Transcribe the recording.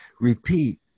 repeat